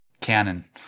Canon